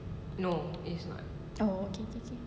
oh okay K K